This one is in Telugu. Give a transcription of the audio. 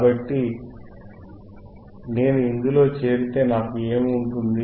కాబట్టి నేను ఇందులో చేరితే నాకు ఏమి ఉంటుంది